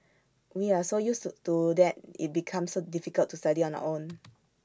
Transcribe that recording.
we are so used to that IT becomes difficult to study on our own